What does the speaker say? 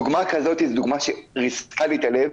דוגמה כזו זו דוגמה שריסקה לי את הלב,